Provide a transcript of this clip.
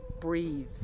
breathe